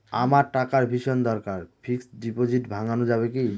আমার টাকার ভীষণ দরকার ফিক্সট ডিপোজিট ভাঙ্গানো যাবে কি?